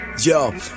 Yo